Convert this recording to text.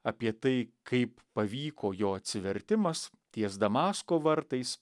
apie tai kaip pavyko jo atsivertimas ties damasko vartais